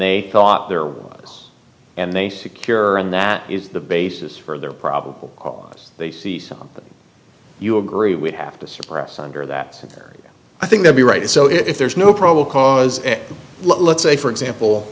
they thought there was and they secure and that is the basis for their probable cause they see something you agree we have to suppress under that scenario i think they'll be right so if there's no probable cause let's say for example